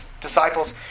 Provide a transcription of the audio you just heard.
disciples